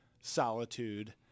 solitude